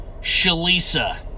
Shalisa